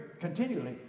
continually